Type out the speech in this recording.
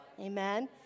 Amen